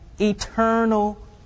Eternal